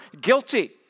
guilty